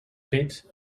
fets